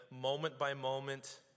moment-by-moment